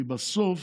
כי בסוף